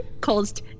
caused